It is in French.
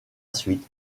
suite